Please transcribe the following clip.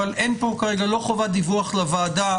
אבל אין פה כרגע חובת דיווח לוועדה,